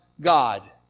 God